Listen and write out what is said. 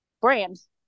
brands